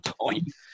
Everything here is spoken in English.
point